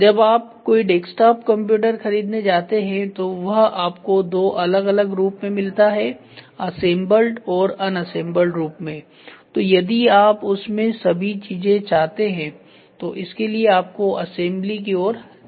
जब आप कोई डेक्सटॉप कंप्यूटर खरीदने जाते हैं तो वह आपको दो अलग अलग रुप में मिलता है असेंबल्ड और अनअसेंबल्ड रूप में तो यदि आप उसमें सभी चीजें चाहते हैं तो इसके लिए आपको असेंबली की ओर जाना चाहिए